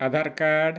Aadhaar card